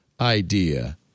idea